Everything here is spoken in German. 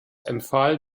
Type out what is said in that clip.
empfahl